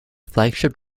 flagship